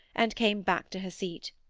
and came back to her seat.